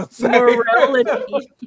Morality